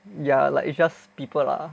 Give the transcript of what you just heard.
ya like it's just people lah